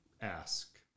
ask